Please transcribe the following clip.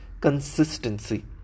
Consistency